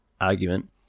argument